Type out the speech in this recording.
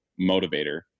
motivator